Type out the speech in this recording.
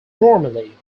normally